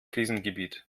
krisengebiet